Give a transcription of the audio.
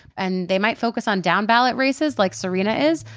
and they might focus on down ballot races, like serena is.